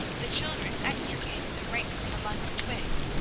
the children extricated the ring from among the twigs,